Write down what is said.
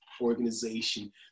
organization